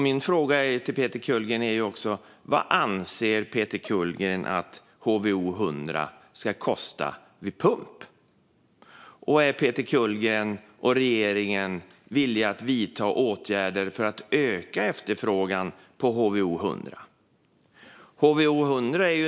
Min fråga till Peter Kullgren är också: Vad anser Peter Kullgren att HVO 100 ska kosta vid pump? Och är Peter Kullgren och regeringen villiga att vidta åtgärder för att öka efterfrågan på HVO 100?